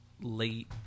late